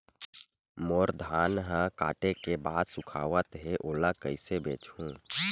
मोर धान ह काटे के बाद सुखावत हे ओला कइसे बेचहु?